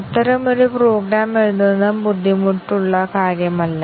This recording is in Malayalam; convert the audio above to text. കൂടാതെ ഫലം ടോഗിൾ ചെയ്യുന്നു